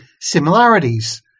similarities